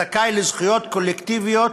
הזכאי לזכויות קולקטיביות,